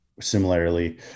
similarly